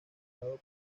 tocado